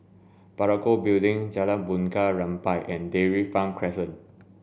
Parakou Building Jalan Bunga Rampai and Dairy Farm Crescent